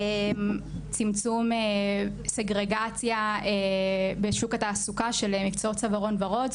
צמצום סגרגציה בשוק התעסוקה של מקצועות צווארון ורוד.